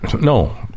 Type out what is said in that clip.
No